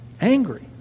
angry